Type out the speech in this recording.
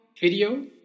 video